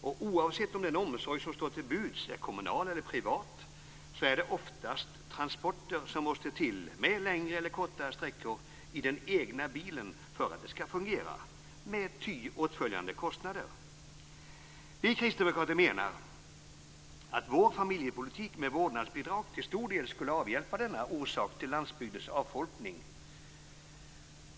Och oavsett om den omsorg som står till buds är kommunal eller privat är det oftast transporter som måste till, med längre eller kortare sträckor i den egna bilen för att det skall fungera, med ty åtföljande kostnader. Vi kristdemokrater menar att vår familjepolitik med vårdnadsbidrag till stor del skulle avhjälpa denna orsak till landsbygdens avfolkning.